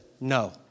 no